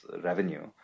revenue